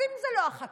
אז אם זה לא החקלאי,